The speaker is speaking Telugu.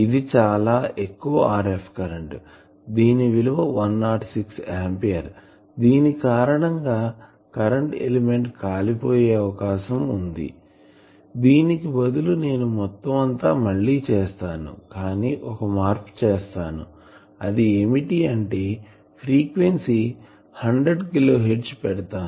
ఇది చాలా ఎక్కువ RF కరెంటు దీని విలువ 106 ఆంపియర్ దీని కారణంగా కరెంటు ఎలిమెంట్ కాలిపోయే అవకాశం ఉంది దీనికి బదులు నేను మొత్తం అంతా మళ్ళి చేస్తాను కానీ ఒక మార్పు చేస్తాను అది ఏమిటి అంటే ఫ్రీక్వెన్సీ 100 కిలో హెర్జ్ పెడతాను